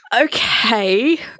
Okay